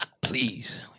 please